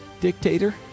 Dictator